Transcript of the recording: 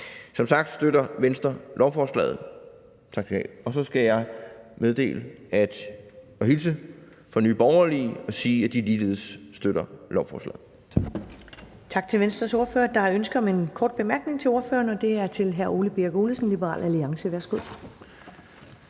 Som sagt støtter Venstre lovforslagene. Og så skal jeg meddele og hilse fra Nye Borgerlige og sige, at de ligeledes støtter lovforslagene.